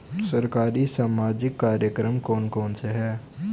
सरकारी सामाजिक कार्यक्रम कौन कौन से हैं?